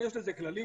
יש לזה כללים,